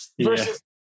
Versus